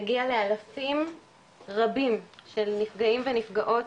נגיע לאלפים רבים של נפגעים ונפגעות,